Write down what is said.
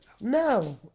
No